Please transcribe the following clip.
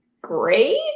great